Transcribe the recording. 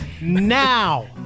now